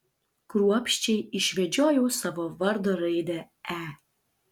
kruopščiai išvedžiojau savo vardo raidę e